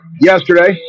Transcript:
yesterday